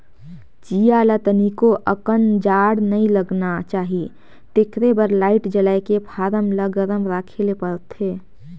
चीया ल तनिको अकन जाड़ नइ लगना चाही तेखरे बर लाईट जलायके फारम ल गरम राखे ले परथे